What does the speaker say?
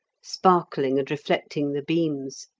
sparkling and reflecting the beams.